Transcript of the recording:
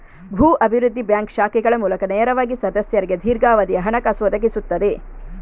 ಭೂ ಅಭಿವೃದ್ಧಿ ಬ್ಯಾಂಕ್ ಶಾಖೆಗಳ ಮೂಲಕ ನೇರವಾಗಿ ಸದಸ್ಯರಿಗೆ ದೀರ್ಘಾವಧಿಯ ಹಣಕಾಸು ಒದಗಿಸುತ್ತದೆ